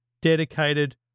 dedicated